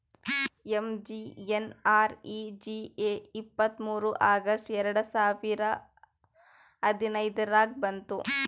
MGNREGA ಇಪ್ಪತ್ತ್ಮೂರ್ August ಎರಡು ಸಾವಿರದ ಐಯ್ದುರ್ನಾಗ್ ಬಂತು